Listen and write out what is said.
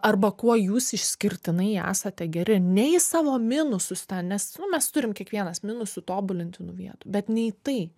arba kuo jūs išskirtinai esate geri ne į savo minusus ten nes nu mes turim kiekvienas minusų tobulintinų vietų bet ne į tai